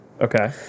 Okay